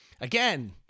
again